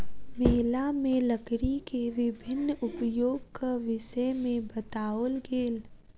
मेला में लकड़ी के विभिन्न उपयोगक विषय में बताओल गेल